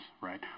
right